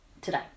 today